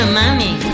mummy